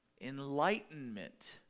enlightenment